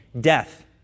death